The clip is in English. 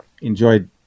enjoyed